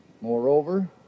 Moreover